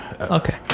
Okay